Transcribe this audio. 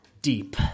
deep